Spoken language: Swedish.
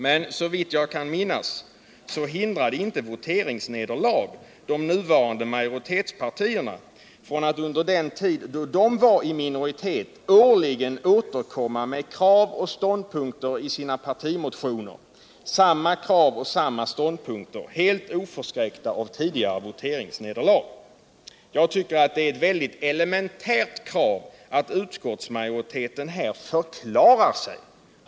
Men såvitt jag kan minnas hindrade inte voteringsnederlag de nuvarande majoritetspartierna från att under den tid de var i minoritet årligen återkomma med samma krav och samma ståndpunkter i sina partimotioner heh oförskräckta av tidigare voteringsnederlag. Jag tycker att det är ett mycket elementärt krav att utskottsmajoriteten på denna punkt förklarar sig.